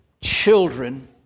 children